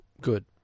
good